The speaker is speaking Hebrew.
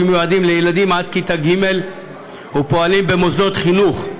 שמיועדים לילדים עד כיתה ג' ופועלים במוסדות חינוך,